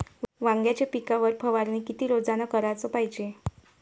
वांग्याच्या पिकावर फवारनी किती रोजानं कराच पायजे?